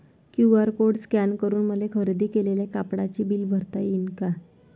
QR code scan करून मले खरेदी केलेल्या कापडाचे बिल भरता यीन का?